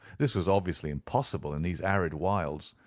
this was obviously impossible in these arid wilds.